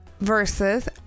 Versus